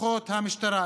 מכוחות המשטרה.